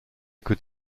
could